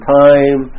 time